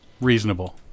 reasonable